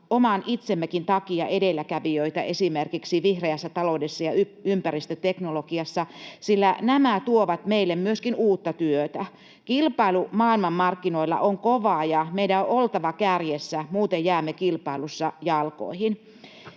oman itsemmekin takia edelläkävijä esimerkiksi vihreässä ta-loudessa ja ympäristöteknologiassa, sillä nämä tuovat meille myöskin uutta työtä. Kilpailu maailmanmarkkinoilla on kovaa, ja meidän on oltava kärjessä. Muuten jäämme kilpailussa jalkoihin.